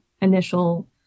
initial